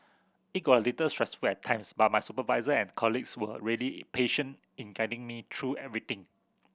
it got a little stressful at times but my supervisor and colleagues were really patient in guiding me through everything